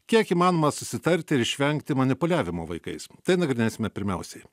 kiek įmanoma susitarti ir išvengti manipuliavimo vaikais tai nagrinėsime pirmiausiai